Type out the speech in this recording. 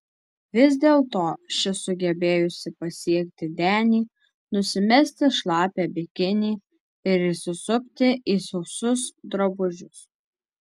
vis dėlto ši sugebėjusi pasiekti denį nusimesti šlapią bikinį ir įsisupti į sausus drabužius